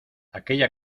aquella